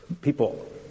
people